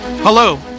Hello